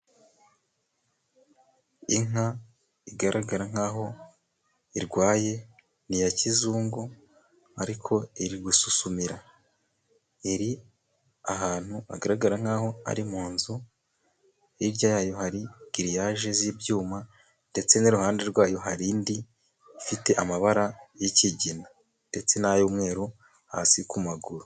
Inka igaragara nk'aho irwaye ni iya kizungu ariko iri gususumira, iri ahantu hagaragara nk'aho ari mu nzu, hirya yayo hari giriyaje z'ibyuma, ndetse n'iruhande rwayo hari indi ifite amabara y'ikigina, ndetse n'ay'umweru hasi ku maguru.